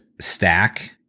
stack